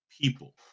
people